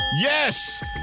Yes